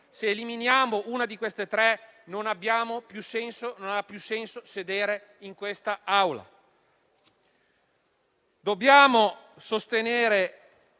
Se eliminiamo una di queste tre, non ha più senso sedere in quest'Aula. Dobbiamo sostenere